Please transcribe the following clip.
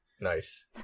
Nice